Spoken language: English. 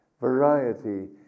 variety